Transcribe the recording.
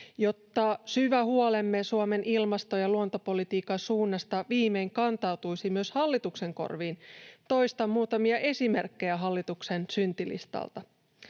Jotta syvä huolemme Suomen ilmasto- ja luontopolitiikan suunnasta viimein kantautuisi myös hallituksen korviin, toistan muutamia esimerkkejä hallituksen syntilistalta: